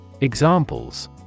Examples